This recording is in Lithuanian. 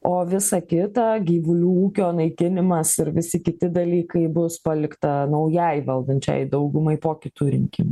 o visa kita gyvulių ūkio naikinimas ir visi kiti dalykai bus palikta naujai valdančiajai daugumai po kitų rinkimų